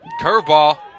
Curveball